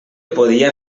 podia